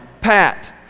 pat